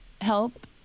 help